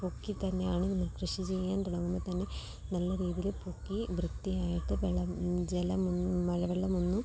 പൊക്കിത്തന്നെയാണ് കൃഷി ചെയ്യാൻ തുടങ്ങുമ്പോൾ തന്നെ നല്ല രീതിയിൽ പൊക്കി വൃത്തിയായിട്ട് വെള്ളം ജലമൊന്നും മഴവെള്ളമൊന്നും